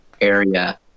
area